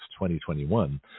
2021